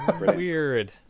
Weird